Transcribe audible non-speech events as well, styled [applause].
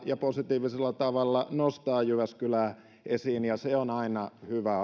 ja positiivisella tavalla nostaa jyväskylää esiin ja se on aina hyvä [unintelligible]